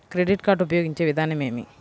Credit card ఉపయోగించే విధానం ఏమి?